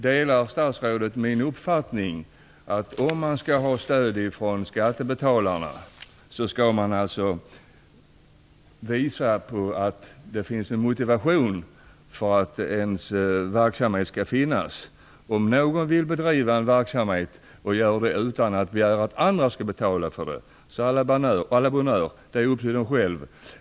Delar statsrådet min uppfattning att man, om man skall ha stöd från skattebetalarna, skall visa att det finns något som motiverar verksamheten? Om någon vill bedriva en verksamhet och gör det utan att begära att andra skall betala för det, så à la bonheure, det är upp till dem själva.